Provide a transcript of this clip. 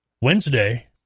Wednesday